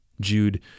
Jude